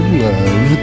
love